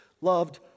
loved